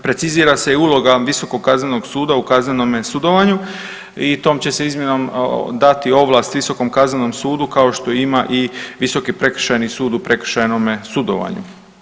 Precizira se i uloga Visokog kaznenog suda u kaznenome sudovanju i tom će se izmjenom dati ovlast Visokom kaznenom sudu kao što ima i Visoki prekršajni sud u prekršajnome sudovanju.